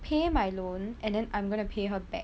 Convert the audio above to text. pay my loan and then I'm gonna pay her back